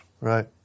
Right